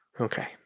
okay